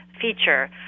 feature